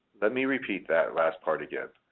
let me repeat that last part again.